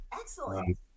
Excellent